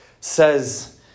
says